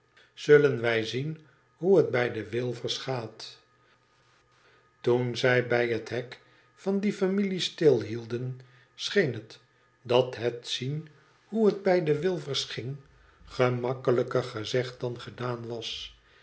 zullen wij zien hoe het bij de wüfers gaat toen zij bij het hek van die familie stilhielden scheen het dat het zien hoe het bij de wilfers ging gemakkelijker gezegd dan gedaan was